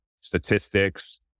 statistics